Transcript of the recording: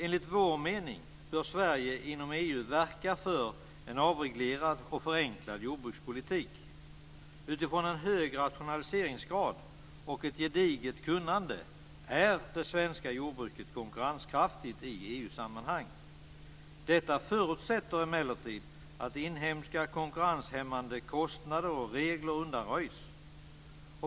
Enligt vår mening bör Sverige inom EU verka för en avreglerad och förenklad jordbrukspolitik. Utifrån en hög rationaliseringsgrad och ett gediget kunnande är det svenska jordbruket konkurrenskraftigt i EU-sammanhang. Detta förutsätter emellertid att inhemska konkurrenshämmande kostnader och regler undanröjs.